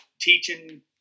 teaching